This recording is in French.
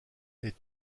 est